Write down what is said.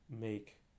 make